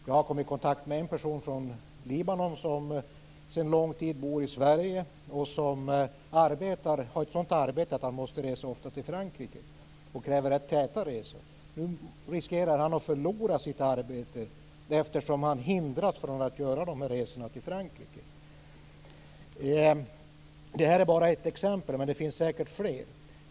Jag har kommit i kontakt med en person från Libanon som sedan lång tid bor i Sverige och som har ett sådant arbete att han ofta måste resa till Frankrike. Nu riskerar han att förlora sitt arbete eftersom han hindras från att göra dessa resor till Frankrike. Det här är bara ett exempel. Det finns säkert fler.